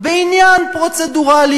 בעניין פרוצדורלי,